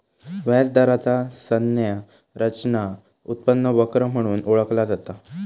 व्याज दराचा संज्ञा रचना उत्पन्न वक्र म्हणून ओळखला जाता